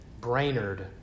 Brainerd